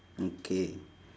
mm K